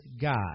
God